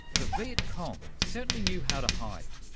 the viet cong certainly knew how to hide.